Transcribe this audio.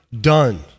done